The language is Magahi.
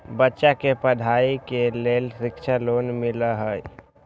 बच्चा के पढ़ाई के लेर शिक्षा लोन मिलहई?